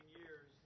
years